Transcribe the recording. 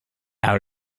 out